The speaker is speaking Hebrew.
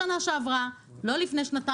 זה לא נתקע שנה שעברה או לפני שנתיים,